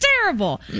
terrible